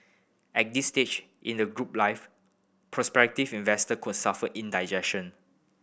at this stage in the group life prospective investor could suffer indigestion